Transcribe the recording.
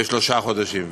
בשלושה חודשים.